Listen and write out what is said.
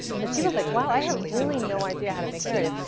but she was like, wow, i have really no idea how to make narrative.